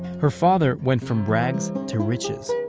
her father went from rags to riches.